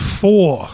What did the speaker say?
four